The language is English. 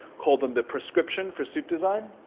called them the prescription for suit design.